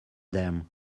them